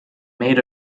made